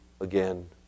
again